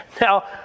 Now